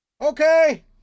Okay